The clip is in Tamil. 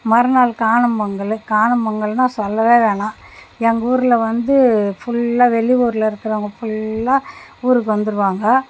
மறுநாள் காணும் பொங்கலு காணும் பொங்கல்னா சொல்லவே வேணாம் எங்கள் ஊரில் வந்து ஃபுல்லாக வெளி ஊரில் இருக்கிறவங்க ஃபுல்லாக ஊருக்கு வந்துருவாங்க